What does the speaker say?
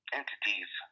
entities